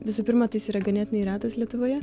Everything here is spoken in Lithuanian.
visų pirma tai jis yra ganėtinai retas lietuvoje